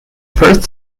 first